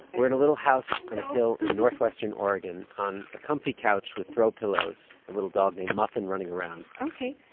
we're in a little house on and a hill in northwestern oregon, on a comfy couch with throw pillows a little dog named muffin running around ok,